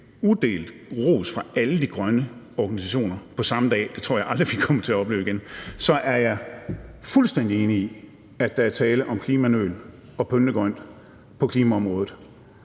udelt ros fra alle de grønne organisationer på samme dag – det tror jeg aldrig vi kommer til at opleve igen – lige så fuldstændig enig er jeg i, at der er tale om klimanøl og pyntegrønt på klimaområdet.